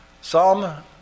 Psalm